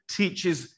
teaches